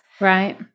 Right